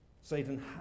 Satan